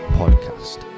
podcast